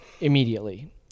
immediately